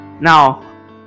now